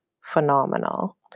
phenomenal